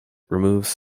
removes